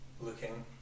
looking